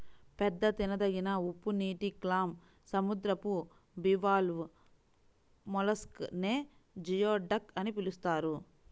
పెద్ద తినదగిన ఉప్పునీటి క్లామ్, సముద్రపు బివాల్వ్ మొలస్క్ నే జియోడక్ అని పిలుస్తారు